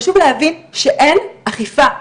חשוב להבין שאין אכיפה.